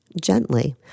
gently